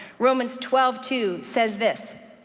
romans twelve two says this.